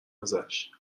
ازشاب